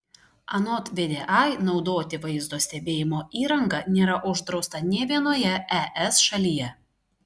anot vdai naudoti vaizdo stebėjimo įrangą nėra uždrausta nė vienoje es šalyje